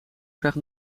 krijgt